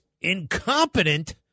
incompetent